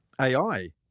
AI